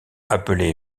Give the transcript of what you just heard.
appelé